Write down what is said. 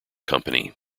company